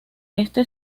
este